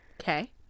Okay